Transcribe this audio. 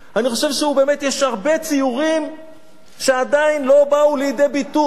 אני חושב שבאמת יש הרבה ציורים שעדיין לא באו לידי ביטוי,